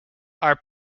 are